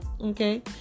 okay